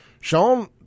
Sean